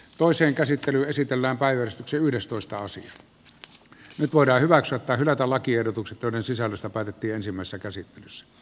toisen käsittely esitellään päiväys yhdestoista nyt voidaan hyväksyä tai hylätä lakiehdotukset joiden sisällöstä päätettiinsimmässä käsittelyssä